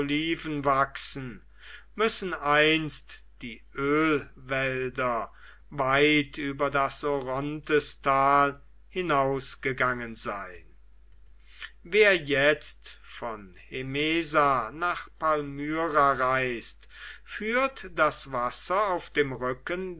wachsen müssen einst die ölwälder weit über das orontestal hinausgegangen sein wer jetzt von hemesa nach palmyra reist führt das wasser auf dem rücken